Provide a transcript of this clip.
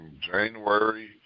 January